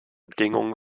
bedingungen